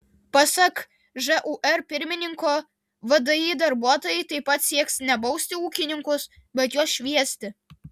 pasak žūr pirmininko vdi darbuotojai taip pat sieks ne bausti ūkininkus bet juos šviesti